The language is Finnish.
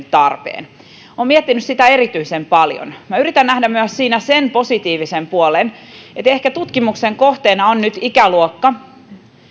tarpeen olen miettinyt sitä erityisen paljon minä yritän nähdä siinä myös sen positiivisen puolen että ehkä tutkimuksen kohteena on nyt ikäluokka